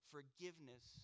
Forgiveness